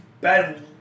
Bad